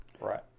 Right